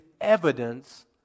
evidence